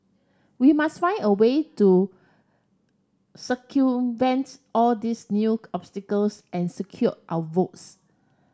we must find a way to circumvents all these new obstacles and secure our votes